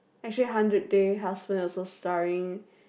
actually Hundred Day Husband also starring